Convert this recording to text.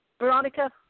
Veronica